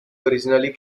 originally